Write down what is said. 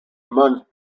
month